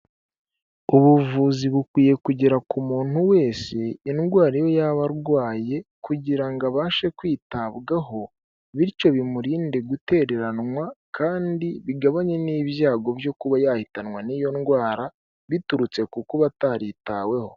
Ubuvuzi bukwiye kugera ku muntu wese indwara yo yaba arwaye kugira ngo abashe kwitabwaho bityo bimurinde gutereranwa kandi bigabanye n'ibyago byo kuba yahitanwa n'iyo ndwara biturutse ku kuba ataritaweho.